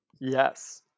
Yes